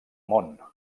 món